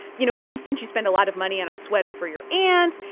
you know, for instance, you spend a lot of money on a sweater for your aunt.